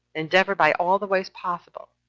endeavored, by all the ways possible,